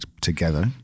together